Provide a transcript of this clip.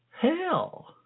hell